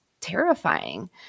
terrifying